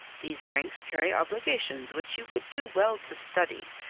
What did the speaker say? these ranks carry obligations which you would do well to study,